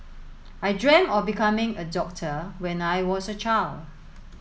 I dreamt of becoming a doctor when I was a child